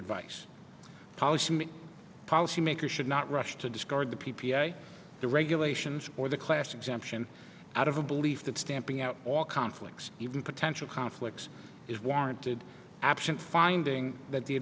the policy makers should not rush to discard the p p a the regulations or the class exemption out of a belief that stamping out all conflicts even potential conflicts is warranted absent finding that the